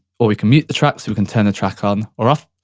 or we can mute the track, so we can turn the track on or off.